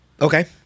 Okay